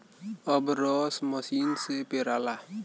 अब रस मसीन से पेराला